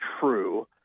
true